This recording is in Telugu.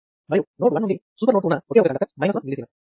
మరియు నోడ్ 1 నుంచి సూపర్ నోడ్ కు ఉన్న ఒకే ఒక కండక్టెన్స్ 1 mS